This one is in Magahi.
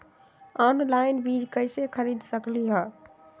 ऑनलाइन बीज कईसे खरीद सकली ह?